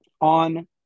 on